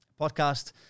podcast